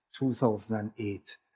2008